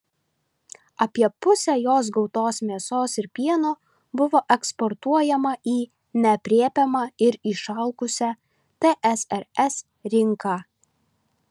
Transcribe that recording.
apie pusę jos gautos mėsos ir pieno buvo eksportuojama į neaprėpiamą ir išalkusią tsrs rinką